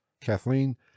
Kathleen